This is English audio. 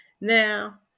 Now